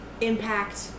impact